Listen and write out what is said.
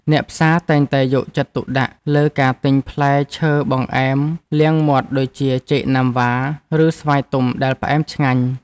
អ្នកផ្សារតែងតែយកចិត្តទុកដាក់លើការទិញផ្លែឈើបង្អែមលាងមាត់ដូចជាចេកណាំវ៉ា ឬស្វាយទុំដែលផ្អែមឆ្ងាញ់។